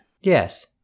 Yes